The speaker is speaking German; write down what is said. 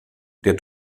der